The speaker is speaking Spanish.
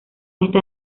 esta